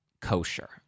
kosher